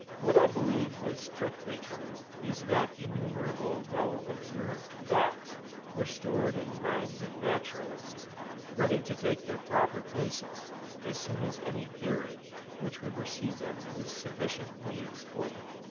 what i believe was strictly true is that innumerable well-observed facts were stored in the minds of naturalists ready to take their proper places as soon as any theory which would receive them was sufficiently explained.